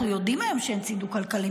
אנחנו יודעים היום שאין צידוק כלכלי,